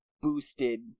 boosted